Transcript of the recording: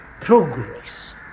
progress